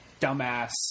dumbass